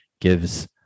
gives